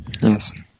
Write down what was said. Yes